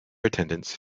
attendants